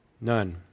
none